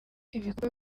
ibikorwa